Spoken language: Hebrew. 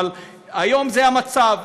אבל היום זה המצב.